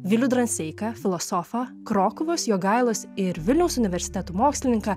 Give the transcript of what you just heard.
vilių dranseiką filosofą krokuvos jogailos ir vilniaus universiteto mokslininką